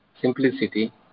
simplicity